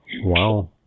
Wow